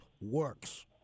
works